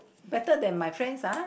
better than my friends ah